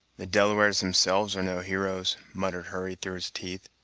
the delawares themselves are no heroes, muttered hurry through his teeth,